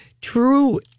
true